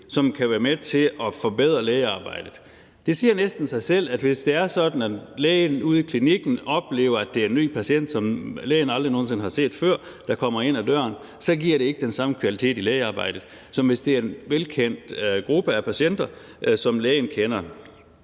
som kan være med til at forbedre lægearbejdet. Det siger næsten sig selv, at hvis det er sådan, at lægen ude i klinikken oplever, at det er en ny patient, som lægen aldrig nogen sinde har set før, der kommer ind ad døren, så giver det ikke den samme kvalitet i lægearbejdet, som hvis det er en velkendt gruppe af patienter, som lægen kender.